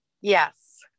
Yes